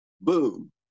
Boom